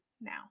now